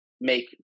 make